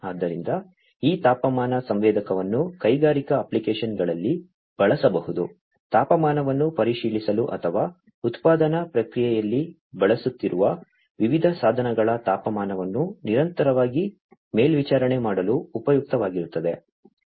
ಆದ್ದರಿಂದ ಈ ತಾಪಮಾನ ಸಂವೇದಕವನ್ನು ಕೈಗಾರಿಕಾ ಅಪ್ಲಿಕೇಶನ್ಗಳಲ್ಲಿ ಬಳಸಬಹುದು ತಾಪಮಾನವನ್ನು ಪರಿಶೀಲಿಸಲು ಅಥವಾ ಉತ್ಪಾದನಾ ಪ್ರಕ್ರಿಯೆಯಲ್ಲಿ ಬಳಸುತ್ತಿರುವ ವಿವಿಧ ಸಾಧನಗಳ ತಾಪಮಾನವನ್ನು ನಿರಂತರವಾಗಿ ಮೇಲ್ವಿಚಾರಣೆ ಮಾಡಲು ಉಪಯುಕ್ತವಾಗಿರುತ್ತದೆ